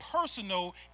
personal